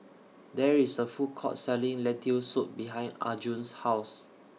There IS A Food Court Selling Lentil Soup behind Arjun's House